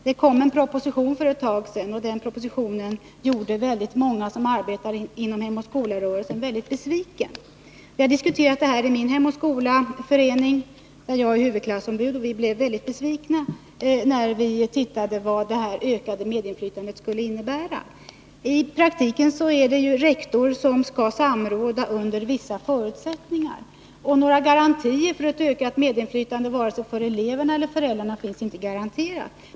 Det kom en proposition för ett tag sedan, och den gjorde många inom Hem och skola-rörelsen väldigt besvikna. Vi har diskuterat det här i min Hem och skola-förening, där jag är huvudklassombud. Vi blev mycket besvikna när vi såg vad det här ökade medinflytandet skulle innebära. I praktiken är det ju rektor som skall samråda under vissa förutsättningar, och några garantier för ett ökat medinflytande för vare sig eleverna eller föräldrarna finns inte.